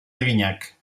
eginak